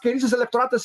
kairysis elektoratas